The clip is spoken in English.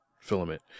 filament